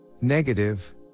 Negative